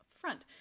front